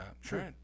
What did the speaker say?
Sure